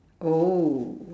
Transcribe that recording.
oh